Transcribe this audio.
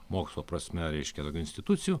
mokslo prasme reiškia tokių institucijų